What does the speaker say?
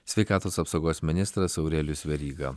sveikatos apsaugos ministras aurelijus veryga